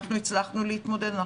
אנחנו הצלחנו להתמודד.